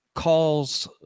calls